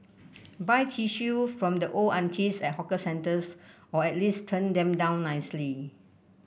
buy tissue from the old aunties at hawker centres or at least turn them down nicely